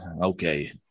okay